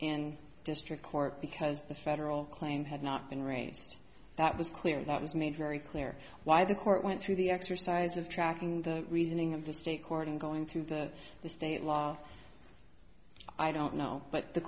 and district court because the federal claim had not been raised that was clear that was made very clear why the court went through the exercise of tracking the reasoning of the state court and going through the state law i don't know but the